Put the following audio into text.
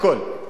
הכול.